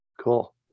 cool